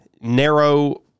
narrow